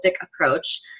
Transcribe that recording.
approach